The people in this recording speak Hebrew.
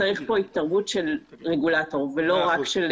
צריך כאן התערבות של רגולטור ולא רק של